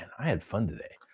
i had fun today.